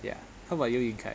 ya how about you ying kai